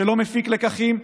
שלא מפיק לקחים,